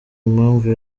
impamvu